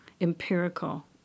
empirical